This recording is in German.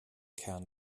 kern